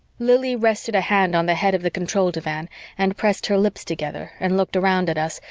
lili rested a hand on the head of the control divan and pressed her lips together and looked around at us,